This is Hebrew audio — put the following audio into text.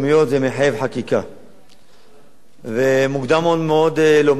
עוד מוקדם מאוד לומר אם כדאי או לא.